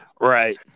right